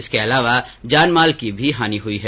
इसके अलावा जान माल की भी हानि हुई है